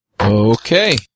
Okay